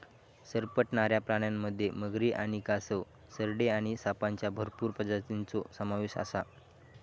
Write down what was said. सरपटणाऱ्या प्राण्यांमध्ये मगरी आणि कासव, सरडे आणि सापांच्या भरपूर प्रजातींचो समावेश आसा